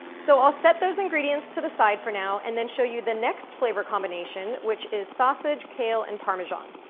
so, i'll set those ingredients to the side for now, and then show you the next flavor combination which is sausage, kale, and parmesan.